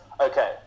okay